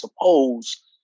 suppose